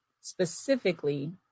specifically